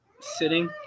sitting